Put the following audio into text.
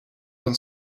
been